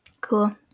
cool